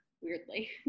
weirdly